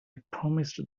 promised